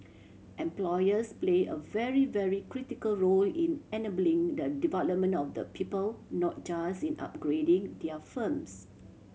employers play a very very critical role in enabling the development of the people not just in upgrading their firms